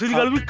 hello.